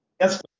Yes